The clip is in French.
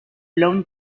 lawn